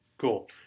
Cool